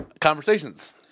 conversations